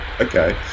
Okay